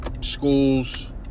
schools